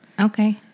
Okay